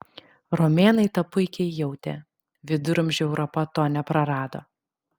romėnai tą puikiai jautė viduramžių europa to neprarado